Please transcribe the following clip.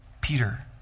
Peter